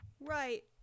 Right